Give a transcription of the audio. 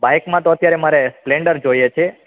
bike માં તો અત્યારે મારે સ્પેલન્ડર જોઈએ છે